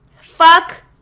Fuck